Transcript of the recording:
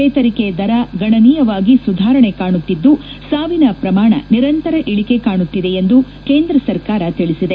ಚೇತರಿಕೆ ದರ ಗಣನೀಯವಾಗಿ ಸುಧಾರಣೆ ಕಾಣುತ್ತಿದ್ದು ಸಾವಿನ ಪ್ರಮಾಣ ನಿರಂತರ ಇಳಿಕೆ ಕಾಣುತ್ತಿದೆ ಎಂದು ಕೇಂದ್ರ ಸರ್ಕಾರ ತಿಳಿಸಿದೆ